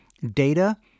data